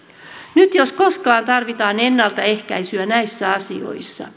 nyt jos koskaan tarvitaan ennaltaehkäisyä näissä asioissa